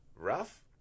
rough